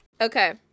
Okay